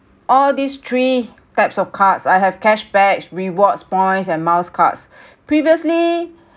all these three types of cards I have cash back rewards points and miles cards previously